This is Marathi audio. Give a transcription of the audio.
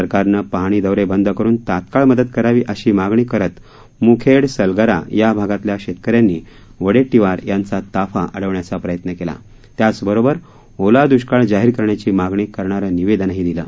सरकारनं पाहणी दौरे बंद करून तात्काळ मदत करावी अशी मागणी करत मुखेड सलगरा या भागातल्या शेतकऱ्यांनी वडेट्टीवार यांचा ताफा अडवण्याचा प्रयत्न केला त्याचबरोबर ओला द्ष्काळ जाहीर करण्याची मागणी करणारं निवेदनही दिलं